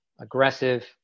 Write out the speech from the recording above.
aggressive